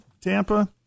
Tampa